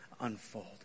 unfold